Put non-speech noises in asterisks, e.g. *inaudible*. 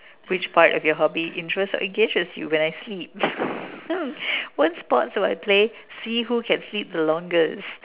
which part of your hobby interests or engages you when I sleep *laughs* what sports do I play see who can sleep the longest